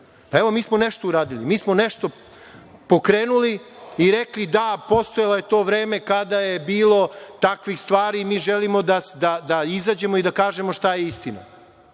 svetu. Mi smo nešto uradili, mi smo nešto pokrenuli i rekli da, postojalo je to vreme kada je bilo takvih stvari. Mi želimo da izađemo i da kažemo šta je istina.